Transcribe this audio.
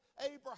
Abraham